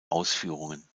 ausführungen